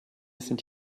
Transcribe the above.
sind